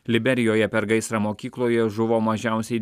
liberijoje per gaisrą mokykloje žuvo mažiausiai